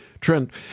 Trent